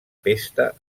pesta